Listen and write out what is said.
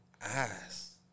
Ass